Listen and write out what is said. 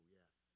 yes